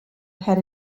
had